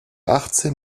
achtzehn